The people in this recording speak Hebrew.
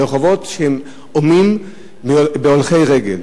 לרחובות שהומים הולכי רגל.